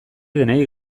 denei